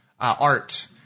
art